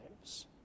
lives